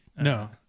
No